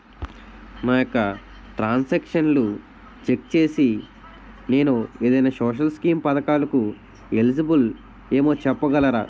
నా యెక్క ట్రాన్స్ ఆక్షన్లను చెక్ చేసి నేను ఏదైనా సోషల్ స్కీం పథకాలు కు ఎలిజిబుల్ ఏమో చెప్పగలరా?